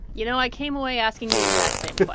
you know, i came away asking the exact same but like